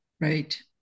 Right